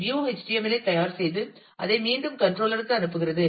எனவே view HTML ஐ தயார் செய்து அதை மீண்டும் கண்ட்ரோலர் க்கு அனுப்புகிறது